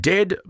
Dead